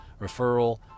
referral